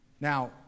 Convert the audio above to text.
Now